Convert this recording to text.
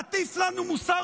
תטיף לנו מוסר,